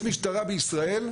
יש משטרה בישראל,